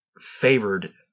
favored